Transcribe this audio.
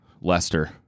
Lester